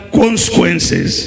consequences